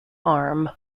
arm